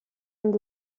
and